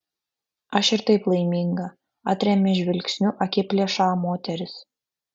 aš ir taip laiminga atrėmė žvilgsniu akiplėšą moteris